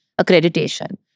accreditation